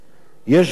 יש בורא עולם,